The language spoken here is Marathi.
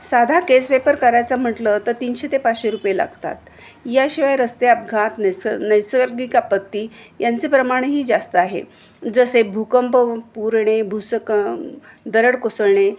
साधा केस पेपर करायचा म्हटलं तर तीनशे ते पाचशे रुपये लागतात याशिवाय रस्ते अपघात नैस नैसर्गिक आपत्ती यांचं प्रमाणही जास्त आहे जसे भूकंप पुर येणे भूस्खलन दरड कोसळणे